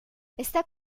está